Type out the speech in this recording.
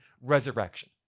resurrection